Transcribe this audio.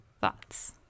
Thoughts